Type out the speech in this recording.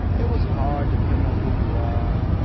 it was hard dependin' on who you are.